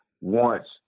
wants